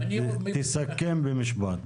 תסכם במשפט.